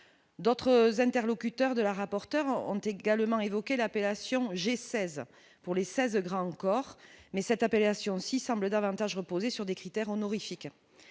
d'autres interlocuteurs de la rapporteure ont également évoqué l'appellation j'ai 16 pour les 16 degrés encore, mais cette appellation si semble davantage reposer sur des critères honorifique